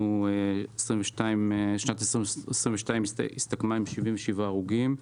שנת 2022 הסתכמה עם 77 הרוגים,